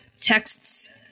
texts